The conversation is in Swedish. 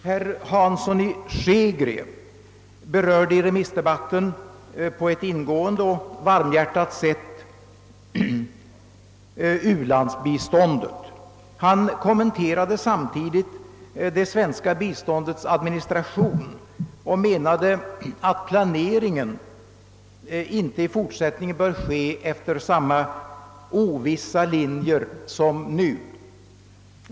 Herr Hansson i Skegrie tog tidigare under remissdebatten på ett ingående och varmhjärtat sätt upp u-landsbiståndet. Han kommenterade samtidigt det svenska biståndets administration och menade att planeringen i fortsättningen inte bör ske efter samma ovissa linjer som nu.